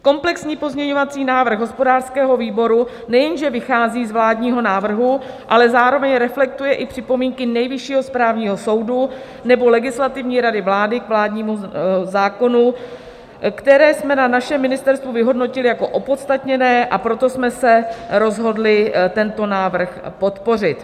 Komplexní pozměňovací návrh hospodářského výboru nejenže vychází z vládního návrhu, ale zároveň reflektuje i připomínky Nejvyššího správního soudu nebo Legislativní rady vlády k vládnímu zákonu, které jsme na našem ministerstvu vyhodnotili jako opodstatněné, a proto jsme se rozhodli tento návrh podpořit.